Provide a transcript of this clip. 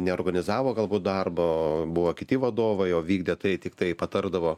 neorganizavo galbūt darbo buvo kiti vadovai o vykdė tai tiktai patardavo